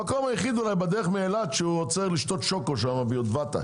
המקום היחיד אולי בדרך מאילת שעוצר לשתות שוקו ביטבתה.